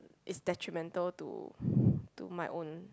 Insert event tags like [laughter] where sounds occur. is detrimental to [breath] to my own